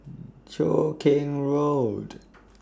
Cheow Keng Road